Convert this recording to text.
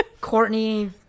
Courtney